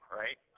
right